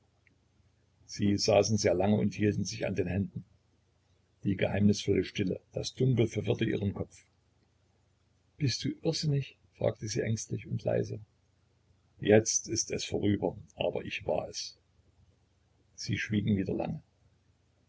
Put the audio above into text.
sie saßen sehr lange und hielten sich an den händen die geheimnisvolle stille das dunkel verwirrte ihren kopf bist du irrsinnig fragte sie ängstlich und leise jetzt ist es vorüber aber ich war es sie schwiegen wieder sehr lange